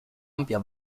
ampia